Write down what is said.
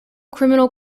criminal